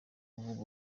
kuvuga